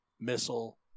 missile